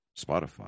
Spotify